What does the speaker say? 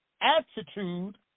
attitude